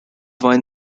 wine